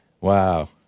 Wow